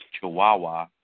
chihuahua